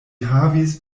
havis